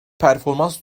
performans